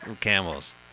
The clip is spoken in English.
Camels